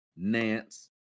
nance